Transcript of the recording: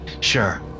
sure